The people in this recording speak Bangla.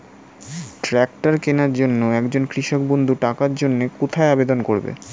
ট্রাকটার কিনার জন্য একজন কৃষক বন্ধু টাকার জন্য কোথায় আবেদন করবে?